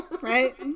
Right